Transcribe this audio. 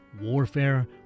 warfare